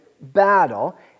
battle